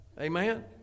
Amen